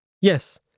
Yes